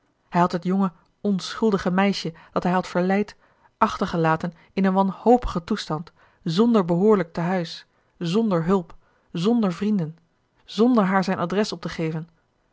hij had het jonge nschuldige meisje dat hij had verleid achtergelaten in een wanhopigen toestand zonder behoorlijk tehuis zonder hulp zonder vrienden zonder haar zijn adres op te geven